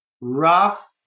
rough